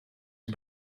een